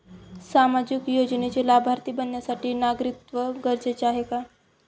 सामाजिक योजनेचे लाभार्थी बनण्यासाठी नागरिकत्व गरजेचे आहे का?